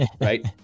Right